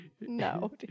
No